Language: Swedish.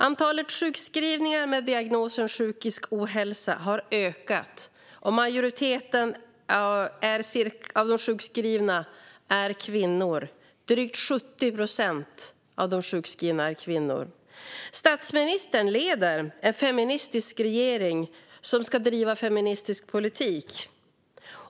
Antalet sjukskrivningar med diagnosen psykisk ohälsa har ökat, och majoriteten av de sjukskrivna är kvinnor - drygt 70 procent av de sjukskrivna är kvinnor. Statsministern leder en feministisk regering som ska driva feministisk politik.